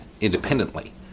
independently